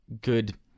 good